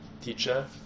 teacher